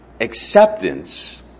acceptance